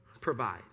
provide